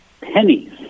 pennies